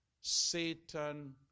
Satan